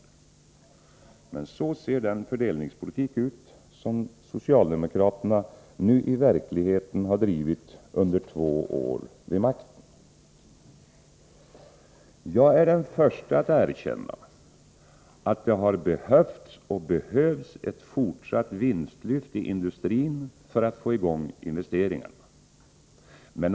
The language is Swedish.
Men så ser den fördelningspolitik ut som socialdemokraterna nu i verkligheten har drivit under två år vid makten. Jag är den förste att erkänna att det har behövts, och behövs, ett fortsatt vinstlyft i industrin för att få i gång investeringarna.